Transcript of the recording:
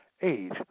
age